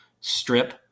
strip